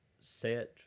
set